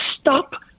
stop